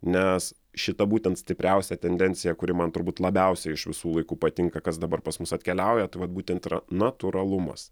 nes šita būtent stipriausia tendencija kuri man turbūt labiausiai iš visų laikų patinka kas dabar pas mus atkeliauja tai vat būtent yra natūralumas